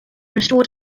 restored